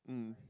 mm